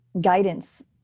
guidance